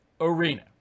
arena